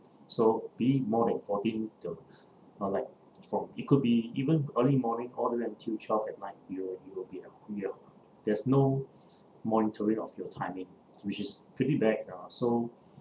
so be it more than fourteen uh like from it could be even early morning all the way until twelve at night you will you will be at home ya there's no monitoring of your timing which is pretty bad lah so